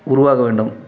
உருவாகவேண்டும்